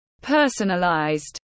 Personalized